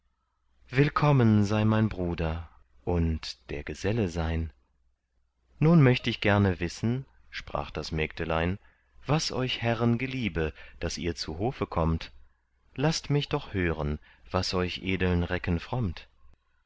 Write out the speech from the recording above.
willkommen sei mein bruder und der geselle sein nun möcht ich gerne wissen sprach das mägdelein was euch herrn geliebe daß ihr zu hofe kommt laßt mich doch hören was euch edeln recken frommt